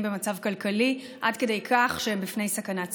במצב כלכלי עד כדי כך שהם בפני סכנת סגירה.